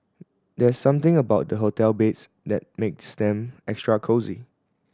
there's something about the hotel beds that makes them extra cosy